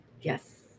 Yes